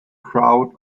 crowd